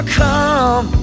come